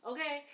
Okay